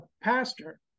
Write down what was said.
pastor